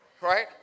right